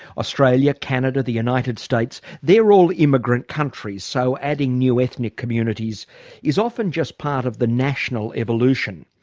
australia, canada, the united states they're all immigrant countries, so adding new ethnic communities is often just part of the national evolution.